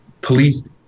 police